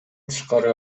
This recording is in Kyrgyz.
тышкары